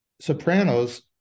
Sopranos